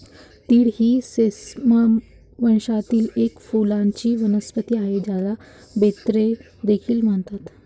तीळ ही सेसमम वंशातील एक फुलांची वनस्पती आहे, ज्याला बेन्ने देखील म्हणतात